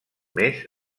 més